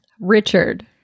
Richard